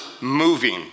moving